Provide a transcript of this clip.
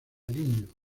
linneo